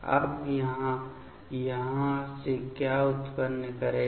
अब यह यहाँ से क्या उत्पन्न करेगा